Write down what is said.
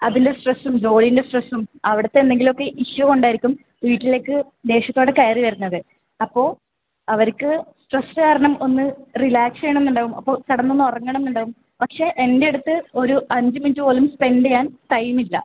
അതിൻ്റെ സ്ട്രെസ്സും ജോലീൻ്റെ സ്ട്രെസ്സും അവിടുത്തെ എന്തെങ്കിലും ഒക്കെ ഇഷ്യൂ കൊണ്ട് ആയിരിക്കും വീട്ടിലേക്ക് ദേഷ്യത്തോടെ കയറി വരുന്നത് അപ്പോൾ അവർക്ക് സ്ട്രെസ്സ് കാരണം ഒന്ന് റിലാക്സ് ചെയ്യണമെന്ന് ഉണ്ടാകും അപ്പോൾ കിടന്നു ഒന്ന് ഉറങ്ങണമെന്ന് ഉണ്ടാകും പക്ഷെ എൻ്റെ അടുത്ത് ഒരു അഞ്ച് മിനിറ്റ് പോലും സ്പെൻഡ് ചെയ്യാൻ ടൈമ് ഇല്ല